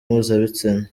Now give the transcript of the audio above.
mpuzabitsina